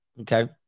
Okay